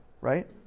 right